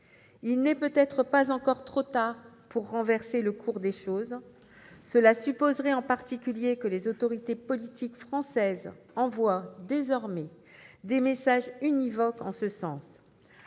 Il n'est peut-être pas encore trop tard pour inverser le cours des choses. Cela supposerait, en particulier, que les autorités politiques françaises envoient désormais des messages univoques. Très